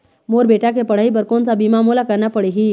मोर बेटा के पढ़ई बर कोन सा बीमा मोला करना पढ़ही?